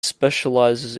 specialises